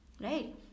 right